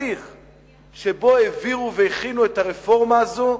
שבו העבירו והכינו את הרפורמה הזאת,